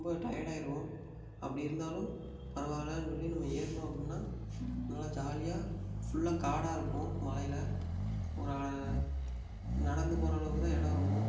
ரொம்ப டயர்ட் ஆகிருவோம் அப்படி இருந்தாலும் பரவாயில்லன்னு சொல்லி நம்ம ஏறினோம் அப்புடின்னா நல்லா ஜாலியாக ஃபுல்லா காடாக இருக்கும் மலையில் ஒரு நடந்து போகிற அளவுக்குதான் இடம் இருக்கும்